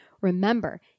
Remember